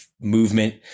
movement